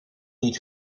niet